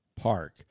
park